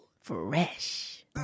Fresh